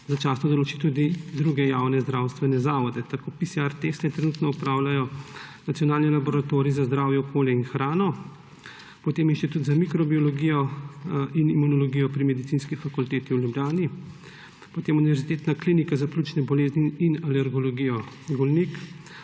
začasno določi tudi druge javne zdravstvene zavode. Tako teste PCR trenutno opravljajo: Nacionalni laboratorij za zdravje, okolje in hrano, potem Inštitut za mikrobiologijo in imunologijo pri Medicinski fakulteti v Ljubljani, potem Univerzitetna klinika za pljučne bolezni in alergijo Golnik,